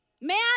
Man